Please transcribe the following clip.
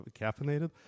caffeinated